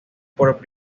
por